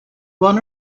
one